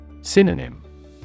Synonym